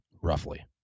roughly